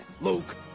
Luke